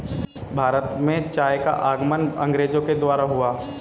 भारत में चाय का आगमन अंग्रेजो के द्वारा हुआ